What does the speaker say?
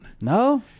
No